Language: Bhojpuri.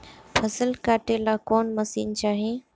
फसल काटेला कौन मशीन चाही?